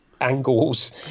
angles